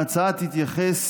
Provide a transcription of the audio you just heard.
ההצעה תתייחס